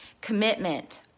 Commitment